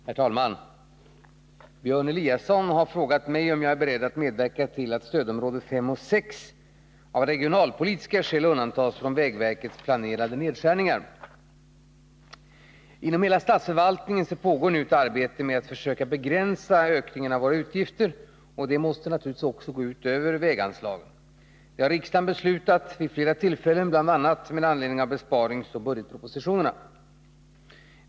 Herr talman! Björn Eliasson har frågat mig om jag är beredd att medverka till att stödområdena 5 och 6 av regionalpolitiska skäl undantas från vägverkets planerade nedskärningar. Inom hela statsförvaltningen pågår nu ett arbete med att försöka begränsa ökningarna av våra utgifter, och det måste naturligtvis också gå ut över väganslagen. Det har riksdagen beslutat vid flera tillfällen, bl.a. med anledning av besparingsoch budgetpropositionerna.